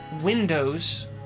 windows